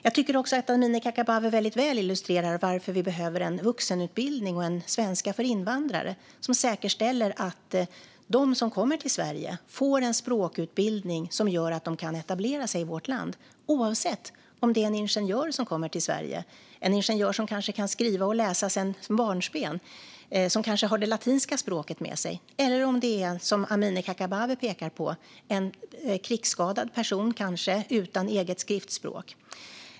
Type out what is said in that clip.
Jag tycker också att Amineh Kakabaveh väldigt väl illustrerar varför vi behöver en vuxenutbildning och svenska för invandrare. Det säkerställer att de som kommer till Sverige får en språkutbildning som gör att de kan etablera sig i vårt land. Det gäller oavsett om det är en ingenjör som kommer till Sverige som kanske kan skriva och läsa sedan barnsben och som kanske har det latinska språket med sig eller om det kanske är, som Amineh Kakabaveh pekar på, en krigsskadad person utan eget skriftspråk.